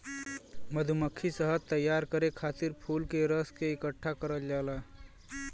मधुमक्खी शहद तैयार करे खातिर फूल के रस के इकठ्ठा करल जाला